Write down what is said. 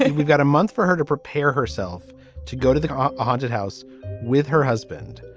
and we've got a month for her to prepare herself to go to the um haunted house with her husband.